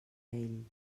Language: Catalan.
ell